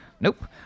Nope